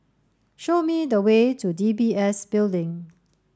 show me the way to D B S Building